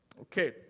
Okay